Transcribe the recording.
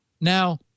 Now